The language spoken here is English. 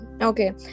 Okay